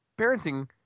parenting